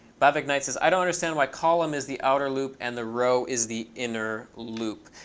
bhavik knight says, i don't understand why column is the outer loop and the row is the inner loop.